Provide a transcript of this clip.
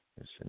Yes